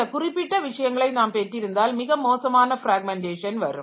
சில குறிப்பிட்ட விஷயங்களை நாம் பெற்றிருந்தால் மிக மோசமான பிராக்மெண்டேஷன் வரும்